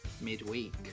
midweek